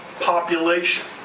population